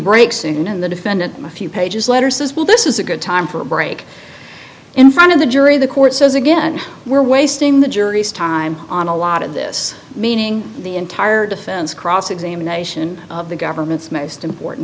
break soon in the defendant a few pages letters as well this is a good time for a break in front of the jury the court says again we're wasting the jury's time on a lot of this meaning the entire defense cross examination of the government's most important